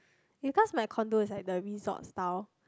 because my condo is like the resort style